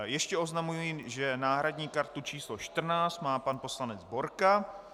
Ještě oznamuji, že náhradní kartu číslo 14 má pan poslanec Borka.